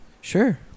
Sure